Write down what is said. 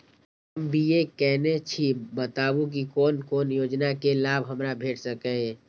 हम बी.ए केनै छी बताबु की कोन कोन योजना के लाभ हमरा भेट सकै ये?